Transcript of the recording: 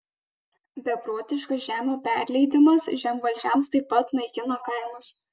beprotiškas žemių perleidimas žemvaldžiams taip pat naikina kaimus